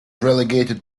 relegated